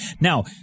Now